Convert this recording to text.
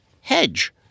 hedge